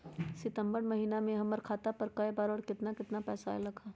सितम्बर महीना में हमर खाता पर कय बार बार और केतना केतना पैसा अयलक ह?